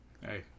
Hey